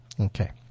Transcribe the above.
Okay